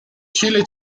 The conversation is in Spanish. chile